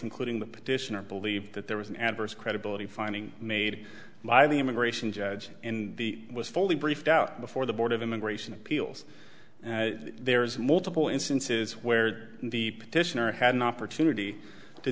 including the petitioner believed that there was an adverse credibility finding made by the immigration judge in the was fully briefed out before the board of immigration appeals and there's multiple instances where the petitioner had an opportunity to